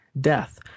death